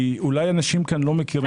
אולי אנשים כאן לא מכירים את המנגנון.